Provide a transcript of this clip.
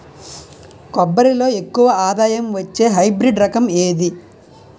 కొబ్బరి లో ఎక్కువ ఆదాయం వచ్చే హైబ్రిడ్ రకం ఏది?